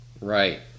Right